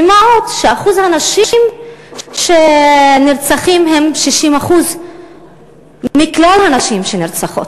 ומה עוד שאחוז הנשים שנרצחות הוא 60% מכלל הנשים שנרצחות.